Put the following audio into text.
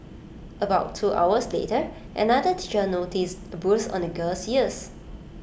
about two hours later another teacher noticed A bruise on the girl's ears